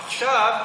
עכשיו,